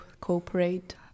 cooperate